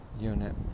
unit